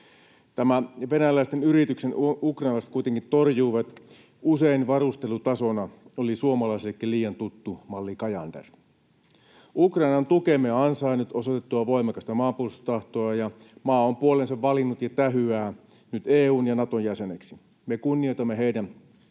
Tämän venäläisten yrityksen ukrainalaiset kuitenkin torjuivat. Usein varustelutasona oli suomalaisillekin liian tuttu malli Cajander. Ukraina on tukemme ansainnut osoitettuaan voimakasta maanpuolustustahtoa, ja maa on puolensa valinnut ja tähyää nyt EU:n ja Naton jäseneksi. Me kunnioitamme heidän